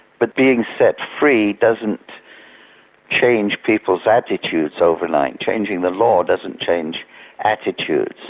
but being set free doesn't change people's attitudes overnight, changing the law doesn't change attitudes.